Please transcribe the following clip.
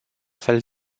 fel